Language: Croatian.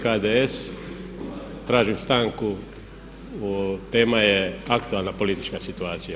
HSS-HDS tražim stanku, tema je aktualna politička situacija.